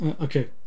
okay